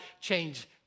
change